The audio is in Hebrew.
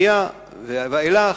עבור לממשלת שרון השנייה ואילך,